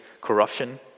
corruption